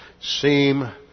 seem